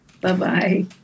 Bye-bye